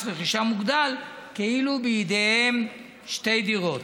רכישה מוגדל כאילו בידיהם שתי דירות.